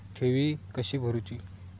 ठेवी कशी भरूची?